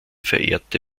verehrte